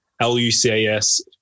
L-U-C-A-S